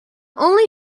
only